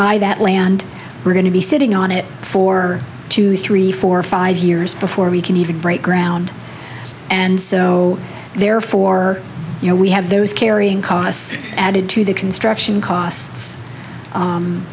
buy that land we're going to be sitting on it for two three four five years before we can even break ground and so therefore you know we have those carrying costs added to the construction costs